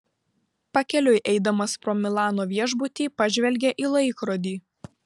pakeliui eidamas pro milano viešbutį pažvelgė į laikrodį